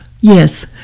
Yes